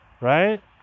Right